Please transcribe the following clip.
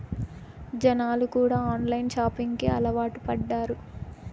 జనాలు కూడా online shopping కి అలవాటు పడ్డారు